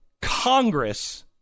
Congress